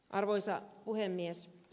arvoisa puhemies